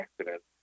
accident